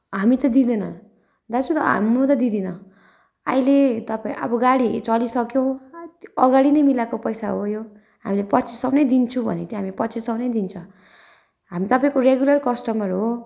हामी त दिँदैनौँ दाजु म त दिँदिनँ अहिले तपाईँ अब गाडी चलिसक्यो अगाडि नै मिलाएको पैसा हो यो हामी पच्चिस सौ नै दिन्छु भनेको थियो हामी पच्चिस सौ नै दिन्छौँ हामी तपाईँको रेगुलार कस्टमर हो